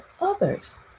others